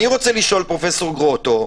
אני רוצה לשאול, פרופ' גרוטו,